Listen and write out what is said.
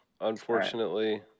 unfortunately